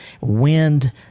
wind